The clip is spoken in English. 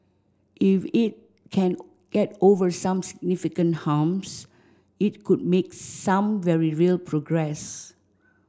if it can get over some significant humps it could make some very real progress